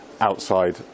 outside